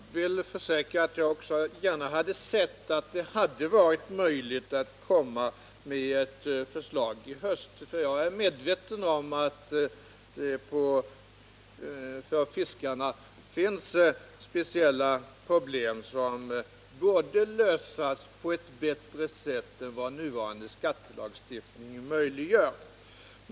Herr talman! Jag kan försäkra att jag också gärna hade sett att det hade varit möjligt att komma med ett förslag i höst, för jag är medveten om att det för fiskarna finns speciella problem som borde lösas på ett bättre sätt än vad nuvarande skattelagstiftning möjliggör.